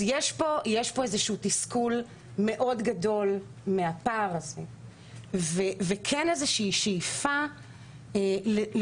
אז יש פה איזשהו תסכול מאוד גדול מהפער הזה וכן איזושהי שאיפה לשותפות,